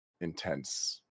intense